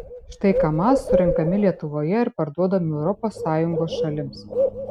štai kamaz surenkami lietuvoje ir parduodami europos sąjungos šalims